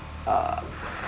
uh